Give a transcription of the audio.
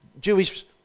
Jewish